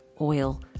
oil